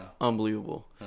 Unbelievable